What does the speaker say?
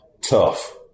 Tough